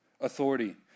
authority